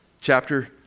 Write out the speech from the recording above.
chapter